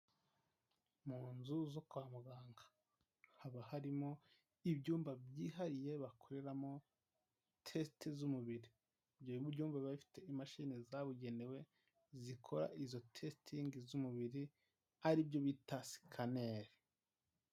Mu nzu zo kwa muganga haba harimo ibyumba byihariye bakoreramo tesite z'umubiri ibyo byumba biba bifite imashini zabugenewe zikora izo tesite z'umubiri ari byo bita scanner.